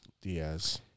Diaz